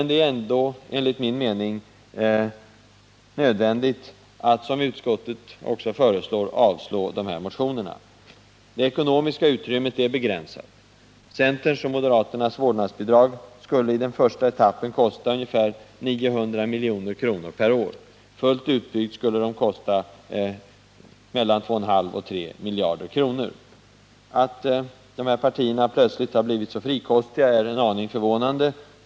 Det är ändå enligt min mening nödvändigt att, som utskottet också föreslår, avslå de här motionerna. Det ekonomiska utrymmet är begränsat. Centerns och moderaternas vårdnadsbidrag skulle i den första etappen kosta ungefär 900 milj.kr. per år. Fullt utbyggt skulle det kosta mellan 2,5 och 3 miljarder kronor. Att de här partierna plötsligt blivit så frikostiga är en aning förvånande.